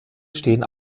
stehen